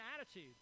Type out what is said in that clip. attitude